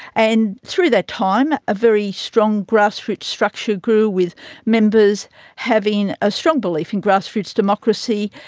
and through that time a very strong grassroots structure grew with members having a strong belief in grassroots democracy,